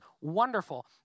wonderful